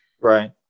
Right